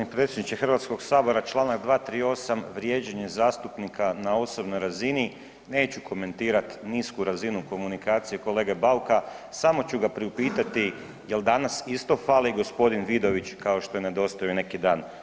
G. predsjedniče Hrvatskog sabora, čl. 238. vrijeđanje zastupnika na osobnoj razini, neću komentirat nisku razinu komunikacije kolege Bauka, samo ću ga priupitati jel danas isto fali g. Vidović kao što je nedostajao neki dan?